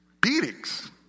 beatings